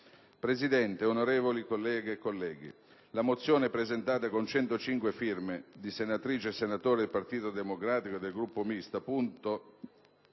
Presidente, onorevoli colleghe e colleghi, la mozione presentata con 105 firme di senatrici e senatori del Partito Democratico e del Gruppo Misto